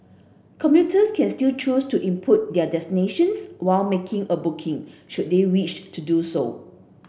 commuters can still choose to input their destinations while making a booking should they wish to do so